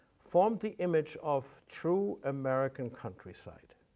formed the image of true american countryside.